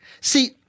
See